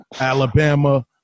Alabama